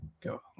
Go